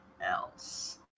else